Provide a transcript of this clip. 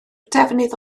defnydd